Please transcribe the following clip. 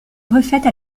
refaite